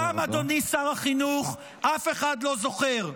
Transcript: אותם, אדוני שר החינוך, אף אחד לא זוכר.